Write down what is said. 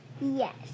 Yes